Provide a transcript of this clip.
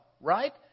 right